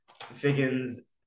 Figgins